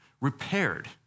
repaired